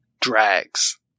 drags